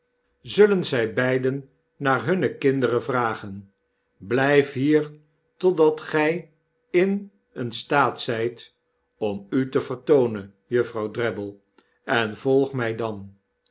zullen zij beiden naar hunne kinderen vragen blijf hier totdat gij in een staat zijt om u te vertoonen juffrouw drabble en volg mij dan